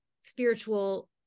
spiritual